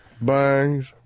Bangs